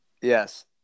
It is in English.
Yes